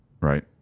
right